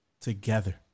together